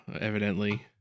evidently